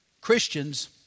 Christians